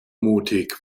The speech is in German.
mutig